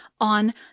on